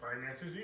finances